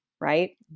Right